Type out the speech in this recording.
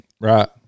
Right